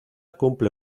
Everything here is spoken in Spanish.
cumple